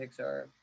Pixar